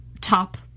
top